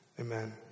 amen